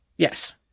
Yes